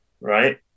right